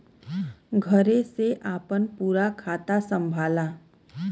घरे से आपन पूरा खाता संभाला